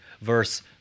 Verse